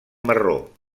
marró